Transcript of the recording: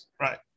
Right